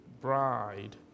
bride